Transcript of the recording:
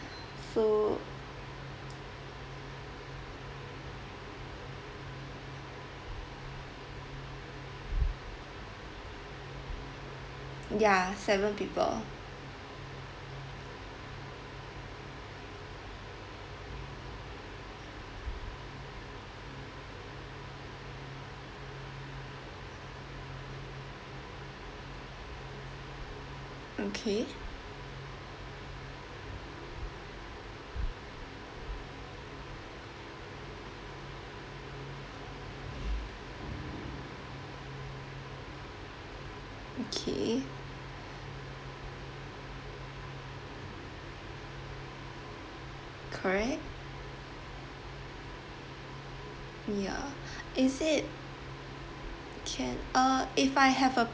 so ya seven people okay okay correct ya is it can uh if I have a